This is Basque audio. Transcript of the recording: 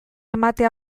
ematea